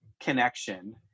connection